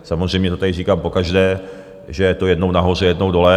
Samozřejmě to tady říkám pokaždé, že je to jednou nahoře, jednou dole.